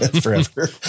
forever